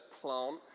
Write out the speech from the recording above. plant